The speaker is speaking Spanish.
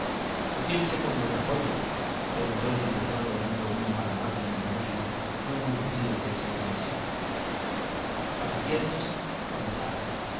de quién se murmura pollo preguntó el diputado dando una palmada en el muslo no muy lucido del sietemesino para piernas ronzal